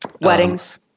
Weddings